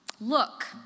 Look